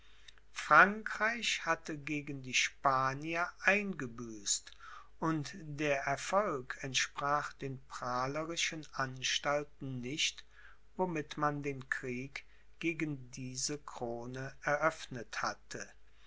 frankreich hatte gegen die spanier eingebüßt und der erfolg entsprach den prahlerischen anstalten nicht womit man den krieg gegen diese krone eröffnet hatte